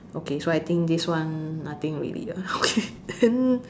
okay so I think this one nothing already okay then